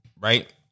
Right